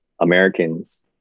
Americans